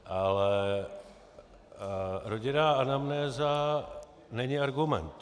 Ale rodinná anamnéza není argument.